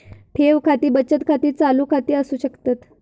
ठेव खाती बचत खाती, चालू खाती असू शकतत